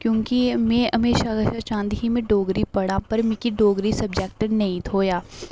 क्योंकि में हमेशां कशा चाह्ंदी ही में डोगरी पढ़ां पर मिकी डोगरी सब्जैक्ट नेईं थ्होआ